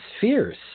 fierce